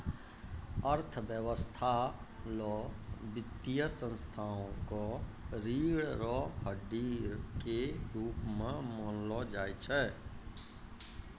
अर्थव्यवस्था ल वित्तीय संस्थाओं क रीढ़ र हड्डी के रूप म मानलो जाय छै